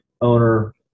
owner